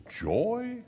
joy